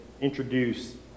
introduce